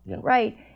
Right